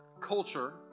culture